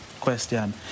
question